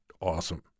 awesome